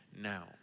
now